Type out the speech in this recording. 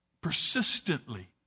persistently